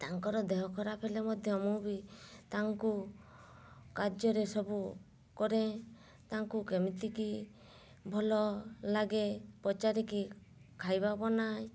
ତାଙ୍କର ଦେହ ଖରାପ ହେଲେ ମଧ୍ୟ ମୁଁ ବି ତାଙ୍କୁ କାର୍ଯ୍ୟରେ ସବୁ କରେ ତାଙ୍କୁ କେମିତିକି ଭଲ ଲାଗେ ପଚାରିକି ଖାଇବା ବନାଏ